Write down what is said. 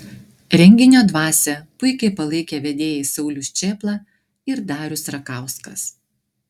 renginio dvasią puikiai palaikė vedėjai saulius čėpla ir darius rakauskas